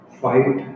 fight